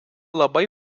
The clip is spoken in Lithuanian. labai